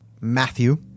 Matthew